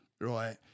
right